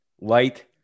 light